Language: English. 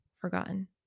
forgotten